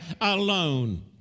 alone